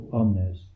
omnes